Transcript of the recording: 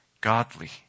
godly